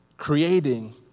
creating